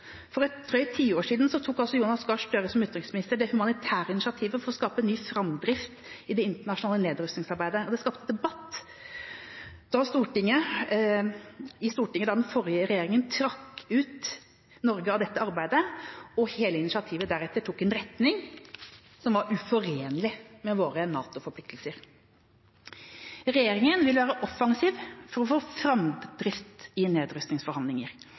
For et drøyt tiår siden tok Jonas Gahr Støre som utenriksminister det humanitære initiativet til å skape ny framdrift i det internasjonale nedrustningsarbeidet, og det skapte debatt i Stortinget da den forrige regjeringa trakk ut Norge av dette arbeidet, og hele initiativet deretter tok en retning som var uforenlig med våre NATO-forpliktelser. Regjeringa vil være offensiv for å få framdrift i